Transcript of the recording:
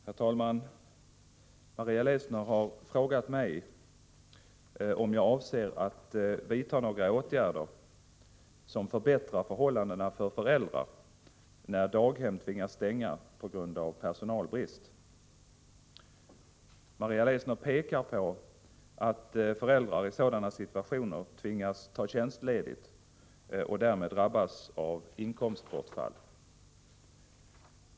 Herr talman! Maria Leissner har frågat mig om jag avser att vidta några åtgärder som förbättrar förhållandena för föräldrar när daghem tvingas stänga på grund av personalbrist. Maria Leissner pekar på att föräldrar i sådana situationer tvingas ta tjänstledigt och därmed drabbas av inkomstbortfall.